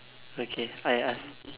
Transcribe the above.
okay I ask